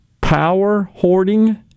power-hoarding